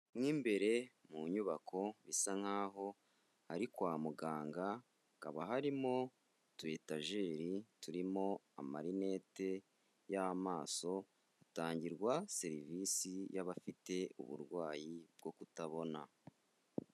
Mo imbere mu nyubako bisa nkaho ari kwa muganga, hakaba harimo utu etajeri turimo amarinete y'amaso, hatangirwa serivisi y'abafite uburwayi bwo kutabona.